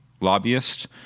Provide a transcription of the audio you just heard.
lobbyist